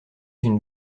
une